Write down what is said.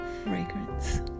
fragrance